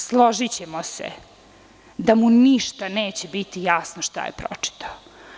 Složićemo se da mu ništa neće biti jasno šta je pročita.